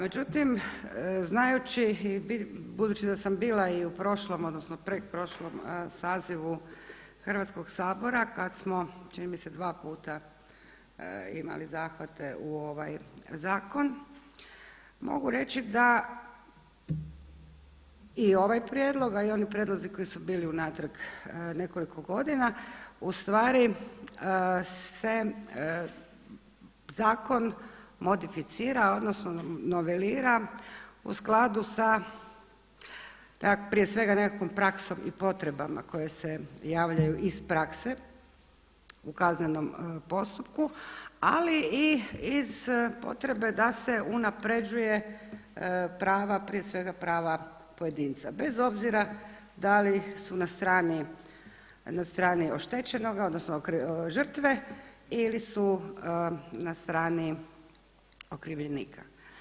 Međutim, znajući i budući da sam bila i u prošlom odnosno pretprošlom sazivu Hrvatskog sabora kad smo čini mi se dva puta imali zahvate u ovaj zakon mogu reći da i ovaj prijedlog a i oni prijedlozi koji su bili unatrag nekoliko godina u stvari se zakon modificira, odnosno novelira u skladu sa prije svega nekakvom praksom i potrebama koje se javljaju iz prakse u kaznenom postupku ali i iz potrebe da se unapređuje prava, prije svega prava pojedinca bez obzira da li su na strani oštećenoga odnosno žrtve ili su na strani okrivljenika.